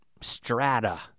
strata